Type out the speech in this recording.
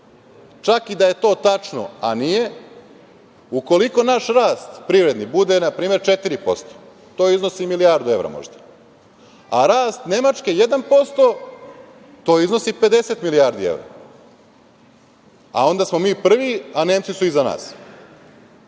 čak i da je to tačno, a nije. Ukoliko naš rast privredni bude, na primer, 4%, to iznosi milijardu evra možda, a rast Nemačke 1%, to iznosi 50 milijardi evra, onda smo mi prvi, a Nemci su iza nas.